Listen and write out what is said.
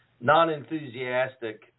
non-enthusiastic